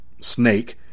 snake